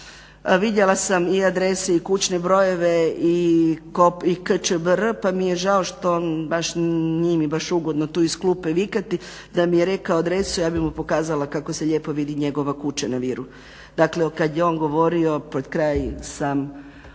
vidjela sam i adrese i kućne brojeve i kčbr pa mi je žao što baš, nije mi baš ugodno tu iz klupe vikati, da mi je rekao adresu ja bih mu pokazala kako se lijepo vidi njegova kuća na Viru, dakle kad je on govorio pred kraj sam otvorila